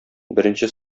беренче